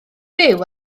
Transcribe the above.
byw